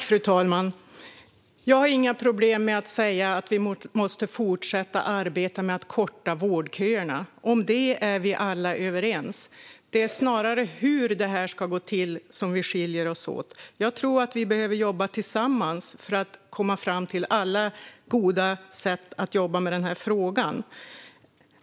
Fru talman! Jag har inga problem med att säga att vi måste fortsätta arbeta med att korta vårdköerna. Om det är vi alla överens. Det är snarare när det gäller hur det ska gå till som vi skiljer oss åt. Jag tror att vi behöver jobba tillsammans för att komma fram till alla goda sätt att jobba med frågan.